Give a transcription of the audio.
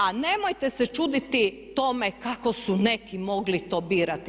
A nemojte se čuditi tome kako su neki mogli to birati.